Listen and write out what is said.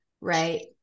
right